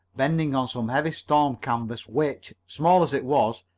bending on some heavy storm canvas which, small as it was,